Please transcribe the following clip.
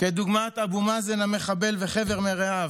כדוגמת אבו מאזן המחבל וחבר מרעיו,